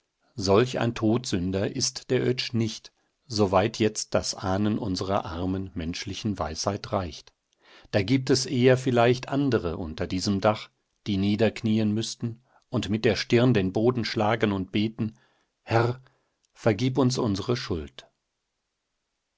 solch ein todsünder ist der oetsch nicht soweit jetzt das ahnen unserer armen menschlichen weisheit reicht da gibt es eher vielleicht andere unter diesem dach die niederknien müßten und mit der stirn den boden schlagen und beten herr vergib uns unsere schuld